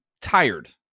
tired